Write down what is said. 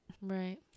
Right